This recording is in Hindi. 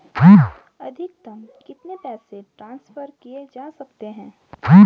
अधिकतम कितने पैसे ट्रांसफर किये जा सकते हैं?